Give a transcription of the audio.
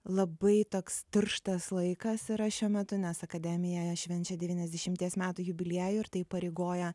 labai toks tirštas laikas yra šiuo metu nes akademija švenčia devyniasdešimties metų jubiliejų ir tai įpareigoja